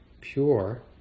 pure